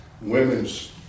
women's